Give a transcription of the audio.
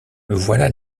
voilà